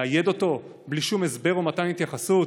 לאייד אותו בלי שום הסבר או מתן התייחסות?